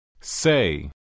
Say